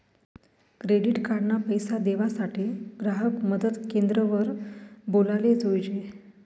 credit card ना पैसा देवासाठे ग्राहक मदत क्रेंद्र वर बोलाले जोयजे